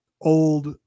old